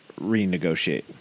renegotiate